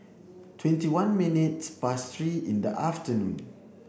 twenty one minutes past three in the afternoon